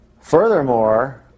Furthermore